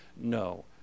No